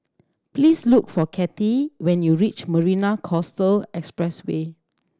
please look for Kattie when you reach Marina Coastal Expressway